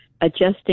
adjusting